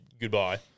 goodbye